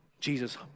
Jesus